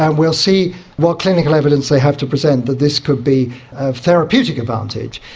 and we'll see what clinical evidence they have to present, that this could be a therapeutic advantage.